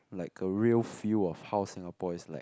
like a real feel of how Singapore is like